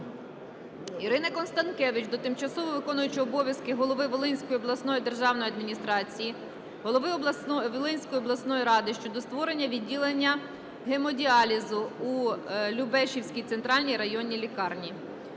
Ірини Констанкевич до тимчасово виконуючого обов'язки голови Волинської обласної державної адміністрації, голови Волинської обласної ради щодо створення відділення гемодіалізу у Любешівській центральній районній лікарні.